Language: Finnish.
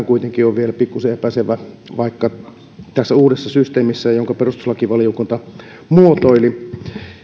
kuitenkin pikkuisen epäselvä tässä uudessa systeemissä jonka perustuslakivaliokunta muotoili